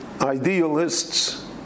idealists